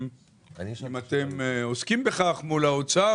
האם אתם עוסקים בכך מול האוצר?